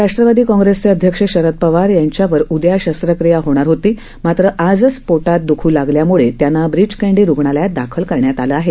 राष्ट्रवादी काँग्रेसचे अध्यक्ष शरद पवार यांच्यावर उदया शस्त्रक्रिया होणार होती मात्र आजच पोटात दुखू लागल्यानं त्यांना ब्रीच कँडी रुग्णालयात दाखल करण्यात आलं आहे